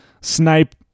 snipe